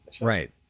Right